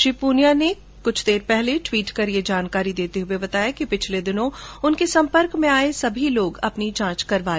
श्री पूनिया ने अब से कुछ देर पहले ट्वीट कर ये जानकारी देते हुए बताया कि पिछले दिनों उनके सम्पर्क में आये सभी लोग अपनी जांच करवा ले